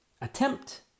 attempt